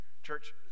Church